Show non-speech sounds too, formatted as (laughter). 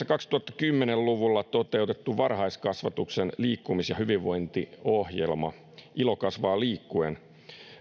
(unintelligible) kaksituhattakymmenen luvulla toteutettu varhaiskasvatuksen liikkumis ja hyvinvointiohjelma ilo kasvaa liikkuen